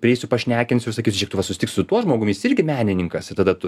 prieisiu pašnekinsiu sakysiu žėk tu va susitik su tuo žmogumi jis irgi menininkas ir tada tu